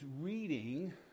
reading